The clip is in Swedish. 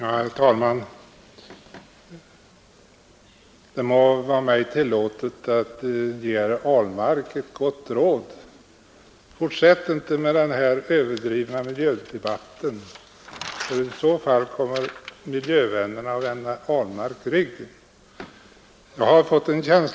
Herr talman! Det må vara mig tillåtet att ge herr Ahlmark ett gott råd: Fortsätt inte med denna överdrivna miljödebatt, ty då kommer miljövännerna att vända herr Ahlmark ryggen!